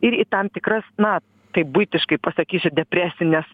ir į tam tikras na taip buitiškai pasakysiu depresines